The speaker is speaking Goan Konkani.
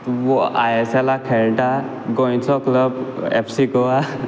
वो आयएसएलाक खेळटा गोंयचो क्लब एफसी गोआ